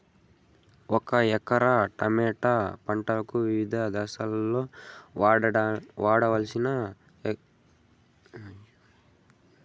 ఒక ఎకరా టమోటా పంటకు వివిధ దశల్లో వాడవలసిన ఎరువులని వివరంగా దయ సేసి చెప్పండి?